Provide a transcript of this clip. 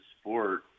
sport